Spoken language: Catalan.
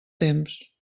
temps